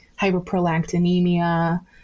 hyperprolactinemia